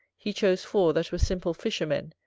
he chose four that were simple fishermen,